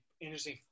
interesting